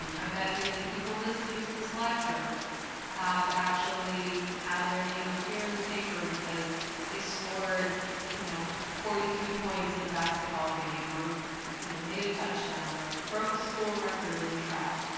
i bet many of the people listening to this lecture have actually had their name appear in the paper because they scored you know forty three points in a basketball game, or you know made a touchdown, or broke a school record in track.